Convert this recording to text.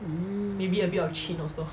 mm